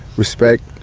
respect,